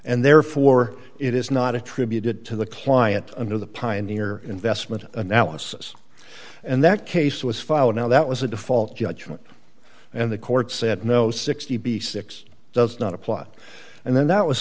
and therefore it is not attributed to the client under the pioneer investment analysis and that case was filed now that was a default judgment and the court said no sixty b six does not apply and then that was